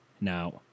now